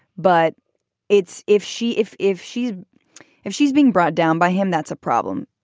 but it's if she if if she if she's being brought down by him, that's a problem.